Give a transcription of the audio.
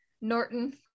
Norton